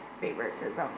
favoritism